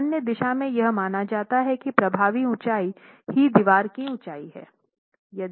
तो अन्य दिशा में यह माना जाता है कि प्रभावी ऊंचाई ही दीवार की ऊंचाई है